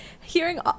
hearing